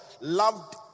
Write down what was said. loved